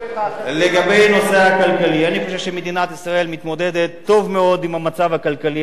אני חושב שמדינת ישראל מתמודדת טוב מאוד עם המצב הכלכלי.